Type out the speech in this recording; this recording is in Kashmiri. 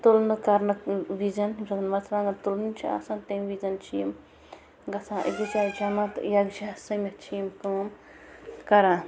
تُلنہٕ کَرنہٕ وِزِ ییٚمہِ ساتہٕ مرژٕوانٛگن تُلٕنۍ چھِ آسان تَمہِ وِزِ چھِ یِم گَژھان أکس جایہِ جمح تہٕ یکجاہ سٔمِتھ یِم کٲم کَران